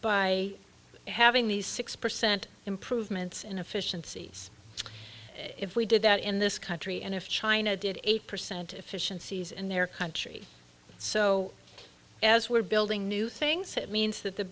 by having these six percent improvements in a fish and seas if we did that in this country and if china did eight percent efficiencies in their country so as we're building new things it means that the